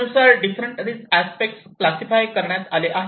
त्यानुसार different risk aspect classify करण्यात आले आहेत